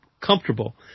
comfortable